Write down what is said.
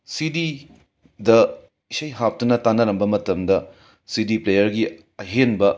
ꯁꯤꯗꯤꯗ ꯏꯁꯩ ꯍꯥꯞꯇꯨꯅ ꯇꯥꯅꯔꯝꯕ ꯃꯇꯝꯗ ꯁꯤꯗꯤ ꯄ꯭ꯂꯦꯌꯔꯒꯤ ꯑꯍꯦꯟꯕ